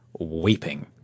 weeping